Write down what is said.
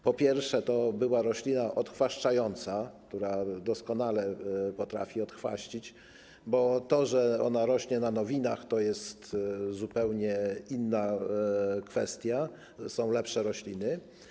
Po pierwsze, to była roślina odchwaszczająca, która doskonale potrafi odchwaścić, bo to, że ona rośnie na nowinach, to jest zupełnie inna kwestia, są lepsze rośliny.